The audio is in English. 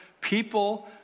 people